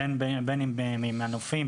בין אם ממנופים,